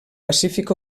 pacífic